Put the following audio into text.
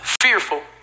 Fearful